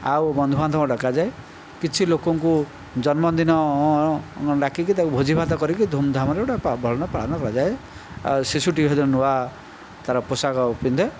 ଆଉ ବନ୍ଧୁବାନ୍ଧବ ଡକାଯାଏ କିଛି ଲୋକଙ୍କୁ ଜନ୍ମଦିନ ଡାକିକି ତାକୁ ଭୋଜି ଭାତ କରିକି ଧୁମ୍ଧାମ୍ରେ ଗୋଟିଏ ପାଳନ କରାଯାଏ ଆଉ ଶିଶୁଟି ସେଦିନ ନୂଆ ତା'ର ପୋଷାକ ପିନ୍ଧେ